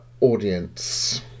audience